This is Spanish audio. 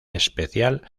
especial